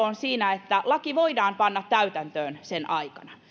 on siinä että laki voidaan panna täytäntöön sen aikana